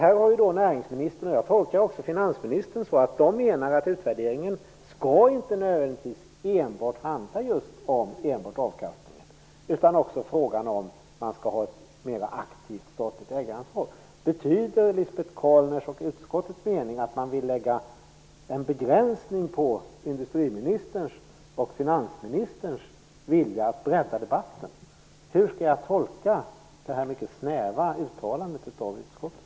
Jag tolkar näringsministern och även finansministern så att de menar att utvärderingen inte nödvändigtvis skall handla om enbart avkastningen, utan också om frågan om ett mer aktivt statlig ägaransvar. Betyder Lisbet Calners och utskottets mening att de vill lägga en begränsning på industriministerns och finansministerns vilja att bredda debatten? Hur skall jag tolka detta mycket snäva uttalande av utskottet?